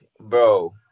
bro